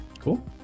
Cool